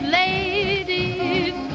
ladies